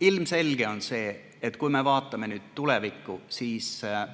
Ilmselge on see, et kui me vaatame tulevikku, siis